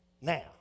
now